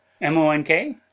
M-O-N-K